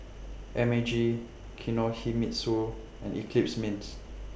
M A G Kinohimitsu and Eclipse Mints